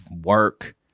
work